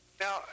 Now